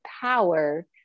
power